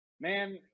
Man